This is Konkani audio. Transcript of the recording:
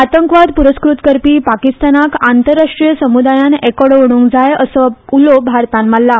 आतंकवाद प्रस्कृत करपी पाकिस्तानाक आंतरराष्ट्रीय समूदायान एकोडो वडोवंक जाय असो उलो भारतान माल्ला